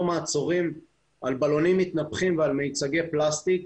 מעצורים על בלונים מתנפחים ועל מיצגי פלסטיק,